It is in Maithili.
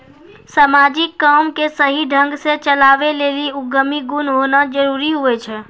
समाजिक काम के सही ढंग से चलावै लेली उद्यमी गुण होना जरूरी हुवै छै